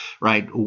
right